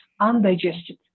undigested